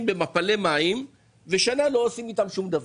במפלי מים ובמשך שנה לא עושים איתם שום דבר.